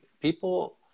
people